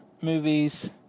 movies